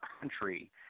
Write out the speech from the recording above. country